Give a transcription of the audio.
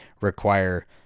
require